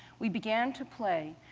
we began to play.